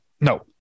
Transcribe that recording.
no